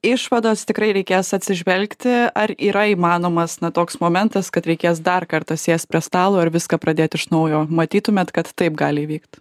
išvados tikrai reikės atsižvelgti ar yra įmanomas na toks momentas kad reikės dar kartą sėst prie stalo ir viską pradėt iš naujo matytumėt kad taip gali įvykt